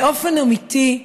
באופן אמיתי,